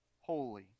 holy